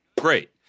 Great